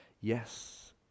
Yes